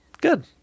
Good